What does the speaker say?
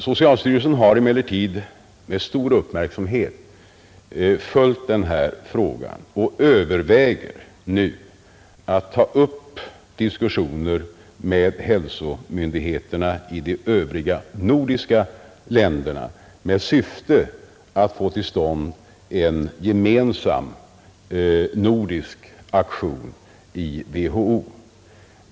Socialstyrelsen har emellertid med stor uppmärksamhet följt denna fråga och överväger nu att ta upp diskussioner med hälsovårdsmyndigheterna i de övriga nordiska länderna i syfte att få till stånd en gemensam nordisk aktion i WHO.